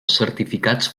certificats